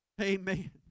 Amen